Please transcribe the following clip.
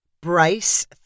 Bryce